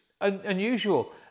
unusual